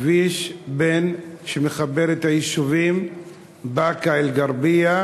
כביש שמחבר את היישובים באקה-אלע'רביה,